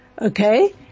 okay